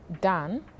done